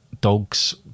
dogs